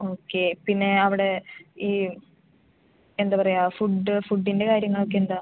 okay പിന്നെ അവിടെ ഈ എന്താ പറയാ ഫുഡ് ഫുഡിൻ്റെ കാര്യങ്ങളൊക്കെ എന്താ